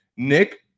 Nick